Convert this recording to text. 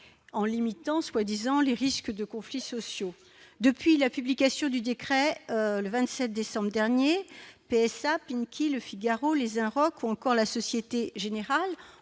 en limitant soi-disant les risques de conflits sociaux depuis la publication du décret, le 27 décembre dernier PSA Ping qui Le Figaro les Inroc ou encore la Société Générale,